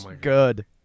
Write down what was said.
good